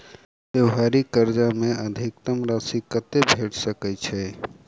त्योहारी कर्जा मे अधिकतम राशि कत्ते भेट सकय छई?